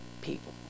people